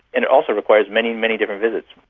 and it also requires many, many different visits.